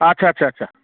आथसा आथसा आथसा